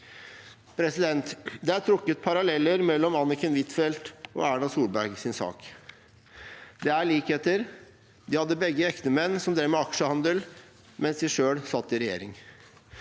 Det er trukket paralleller mellom Anniken Huitfeldts og Erna Solbergs sak. Det er likheter. De hadde begge ektemenn som drev med aksjehandel mens de selv satt i regjering.